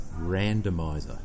Randomizer